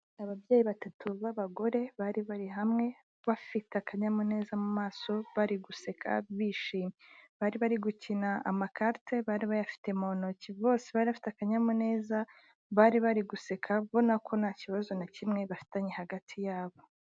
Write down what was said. Ababyeyi batatu b'abagore bari bari hamwe, bafite akanyamuneza mu maso, bari guseka, bishimye. Bari bari gukina amakarite, bari bayafite mu ntoki. Bose bari bafite akanyamuneza, bari bari guseka, ubona ko nta kibazo na kimwe bafitanye hagati yabo.